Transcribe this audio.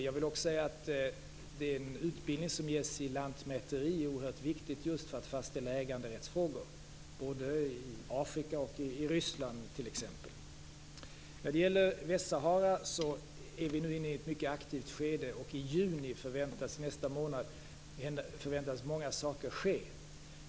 Jag vill också säga att den utbildning som ges i lantmäteri är oerhört viktig för att fastställa äganderättsfrågor både i Afrika och t.ex. i Ryssland. När det gäller Västsahara är vi nu inne i ett mycket aktivt skede. I juni förväntas många saker ske.